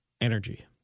energy